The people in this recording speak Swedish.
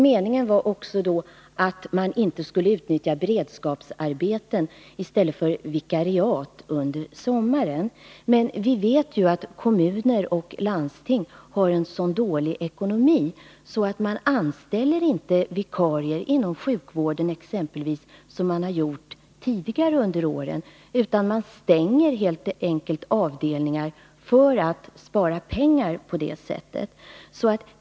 Meningen var också att man inte skulle utnyttja beredskapsarbeten i stället för vikariat under sommaren. Men vi vet ju att kommuner och landsting har så dålig ekonomi att man där inte anställer vikarier inom exempelvis sjukvården på samma sätt som man gjort tidigare under åren. I stället stänger man helt enkelt avdelningar för att på det sättet spara pengar.